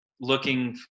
looking